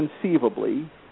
conceivably